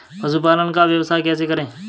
पशुपालन का व्यवसाय कैसे करें?